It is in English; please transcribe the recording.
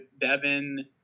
Devin